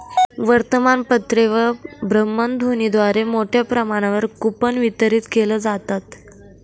वर्तमानपत्रे व भ्रमणध्वनीद्वारे मोठ्या प्रमाणावर कूपन वितरित केले जातात